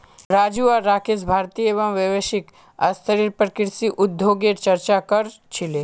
राजू आर राकेश भारतीय एवं वैश्विक स्तरेर पर कृषि उद्योगगेर चर्चा क र छीले